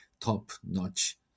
top-notch